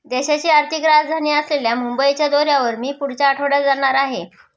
देशाची आर्थिक राजधानी असलेल्या मुंबईच्या दौऱ्यावर मी पुढच्या आठवड्यात जाणार आहे